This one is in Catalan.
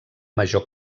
major